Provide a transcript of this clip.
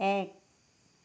এক